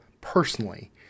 personally